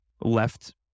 left